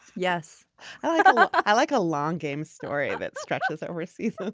yes i like a long game story that stretches overseas.